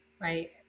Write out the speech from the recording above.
Right